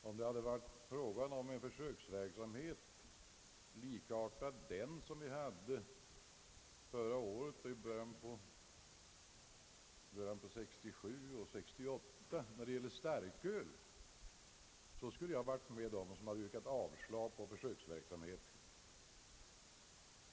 Om det gällt en försöksverksamhet, liknande den vi hade i början av 1967 och under 1968 beträffande starköl, då skulle jag varit överens med dem som yrkat avslag på försöksverksamheten.